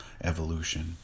evolution